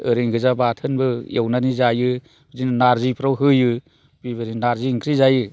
ओरैनो गोजा बाथोनबो एवनानै जायो बिदिनो नारजिफ्राव होयो बिबायदिनो नारजि ओंख्रि जायो